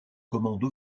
commandes